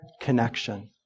connection